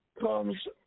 comes